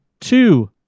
two